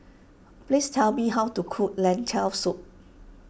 please tell me how to cook Lentil Soup